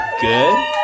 good